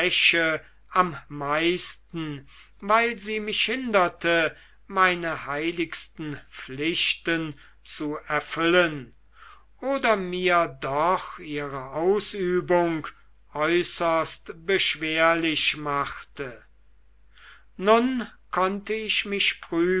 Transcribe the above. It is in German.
am meisten weil sie mich hinderte meine heiligsten liebsten pflichten zu erfüllen oder mir doch ihre ausübung äußerst beschwerlich machte nun konnte ich mich